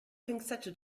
pinzette